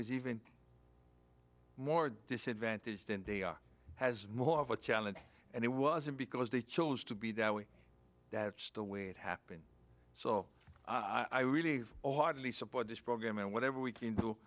is even more disadvantaged and they are has more of a challenge and it wasn't because they chose to be that way that's the way it happened so i really hardly support this program and whatever we can do